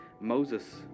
Moses